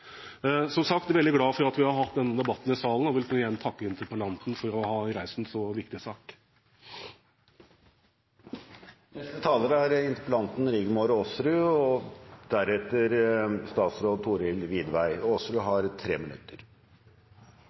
Som sagt, jeg er veldig glad for at vi har hatt denne debatten i salen, og jeg vil igjen takke interpellanten for å ha reist en viktig sak.